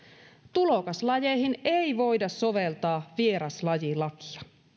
tulokaslajeihin ei voida soveltaa vieraslajilakia